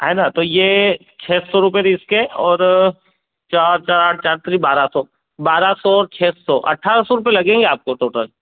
है न तो ये छः सौ रुपये के इसके और चार चार चार तिरि बारह सौ बारह सौ छः सौ अठारह सौ रुपये लगेंगे आपको टोटल